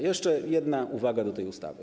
Jeszcze jedna uwaga do tej ustawy.